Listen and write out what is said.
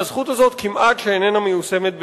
והזכות הזאת כמעט שאיננה מיושמת בפועל.